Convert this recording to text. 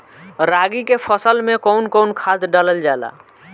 रागी के फसल मे कउन कउन खाद डालल जाला?